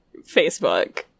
Facebook